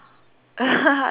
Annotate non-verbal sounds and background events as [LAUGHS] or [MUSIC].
[LAUGHS]